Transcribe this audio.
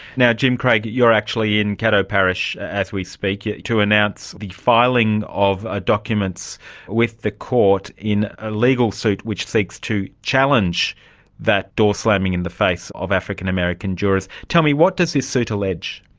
jim craig, you're actually in caddo parish as we speak yeah to announce the filing of ah documents with the court in a legal suit which seeks to challenge that door slamming in the face of african american jurors. tell me, what does this suit allege?